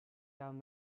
down